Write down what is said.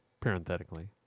parenthetically